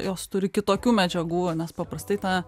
jos turi kitokių medžiagų nes paprastai ta